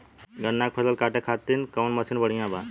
गन्ना के फसल कांटे खाती कवन मसीन बढ़ियां बा?